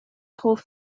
hoff